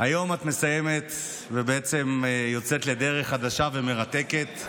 היום את מסיימת ובעצם יוצאת לדרך חדשה ומרתקת,